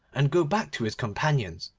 and go back to his companions,